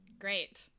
Great